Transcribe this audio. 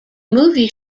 movie